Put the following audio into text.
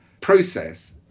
process